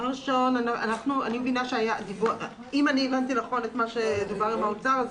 אם הבנתי נכון את מה שדובר עם האוצר,